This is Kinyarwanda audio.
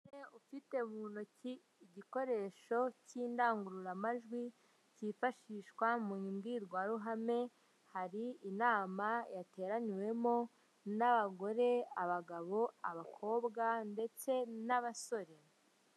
Umugore ufite mu ntoki igikoresho cy'indangururamajwi kifashishwa mu mbwirwaruhame hari inama yateraniyemo n'abagore, abagabo, abakobwa ndetse n'abasore.